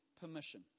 permission